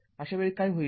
अशावेळी काय होईल